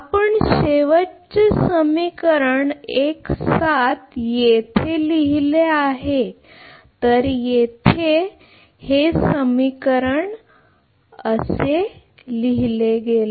आपण शेवटचे समीकरण येथे लिहिले तर येथे शेवटचे समीकरण पहा